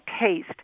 taste